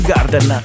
Garden